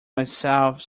myself